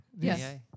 Yes